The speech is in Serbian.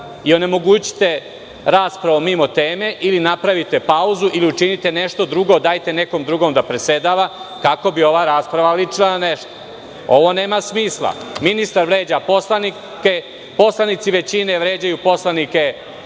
i onemogućite raspravu mimo teme ili napravite pauzu ili učinite nešto drugo, dajte nekom drugom da predsedava kako bi ova rasprava ličila na nešto. Ovo nema smisla. Ministar vređa poslanike, poslanici većine vređaju poslanike